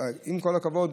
עם כל הכבוד,